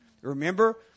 Remember